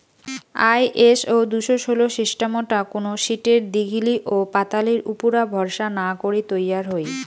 ISO দুশো ষোল সিস্টামটা কুনো শীটের দীঘলি ওপাতালির উপুরা ভরসা না করি তৈয়ার হই